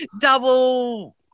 double